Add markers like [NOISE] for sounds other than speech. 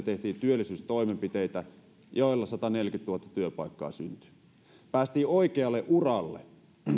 [UNINTELLIGIBLE] tehtiin työllisyystoimenpiteitä joilla sataneljäkymmentätuhatta työpaikkaa syntyi päästiin oikealle uralle